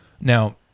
Now